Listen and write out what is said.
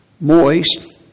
moist